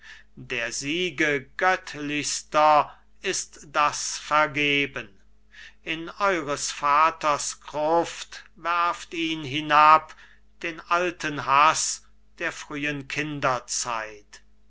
der siege göttlichster ist das vergeben in eueres vaters gruft werft ihn hinab den alten haß der frühen kinderzeit